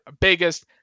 biggest